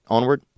Onward